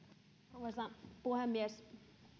arvoisa puhemies